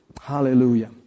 Hallelujah